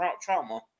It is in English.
trauma